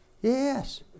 Yes